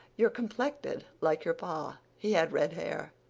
you're complected like your pa. he had red hair.